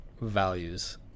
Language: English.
values